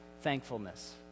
thankfulness